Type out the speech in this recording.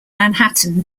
manhattan